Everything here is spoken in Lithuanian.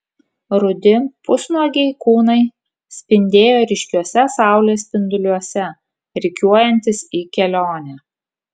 rudi pusnuogiai kūnai spindėjo ryškiuose saulės spinduliuose rikiuojantis į kelionę